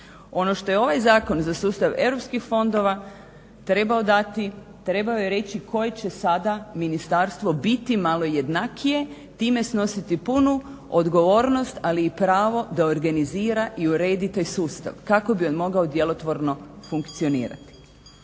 Ono što je ovaj zakon za sustav europskih fondova trebao dati, trebao je reći koje će sada ministarstvo biti malo jednakije, time snositi punu odgovornost, ali i pravo da organizira i uredi taj sustav, kako bi on mogao djelotvorno funkcionirati.